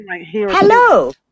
Hello